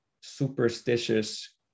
superstitious